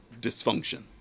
dysfunction